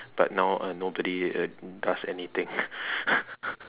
but now uh nobody uh does anything